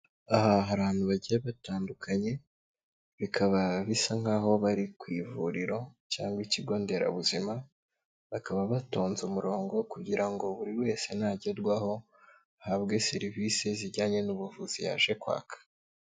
Aha hari abantu bagiye batandukanye, bikaba bisa nk'aho bari ku ivuriro, cyangwa ikigonderabuzima, bakaba batonze umurongo, kugira ngo buri wese nagerwaho, ahabwe serivisi zijyanye n'ubuvuzi yaje kwaka.